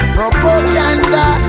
Propaganda